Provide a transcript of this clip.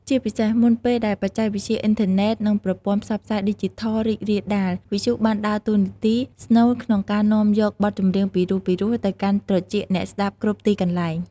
ជាពិសេស មុនពេលដែលបច្ចេកវិទ្យា អ៊ីនធឺណិត និងប្រព័ន្ធផ្សព្វផ្សាយឌីជីថលរីករាលដាល វិទ្យុបានដើរតួនាទីស្នូលក្នុងការនាំយកបទចម្រៀងពីរោះៗទៅកាន់ត្រចៀកអ្នកស្ដាប់គ្រប់ទីកន្លែង។